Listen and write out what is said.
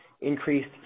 increased